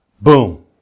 Boom